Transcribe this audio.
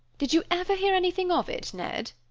did you ever hear anything of it, ned?